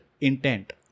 intent